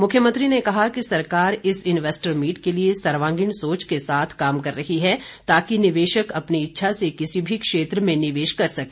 मुख्यमंत्री ने कहा कि सरकार इस इन्वेस्टर मीट के लिए सर्वांगीण सोच के साथ काम कर रही है ताकि निवेशक अपनी इच्छा से किसी भी क्षेत्र में निवेश कर सके